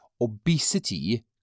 Obesity